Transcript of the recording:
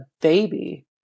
baby